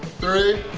three.